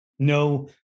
No